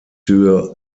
sur